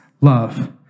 love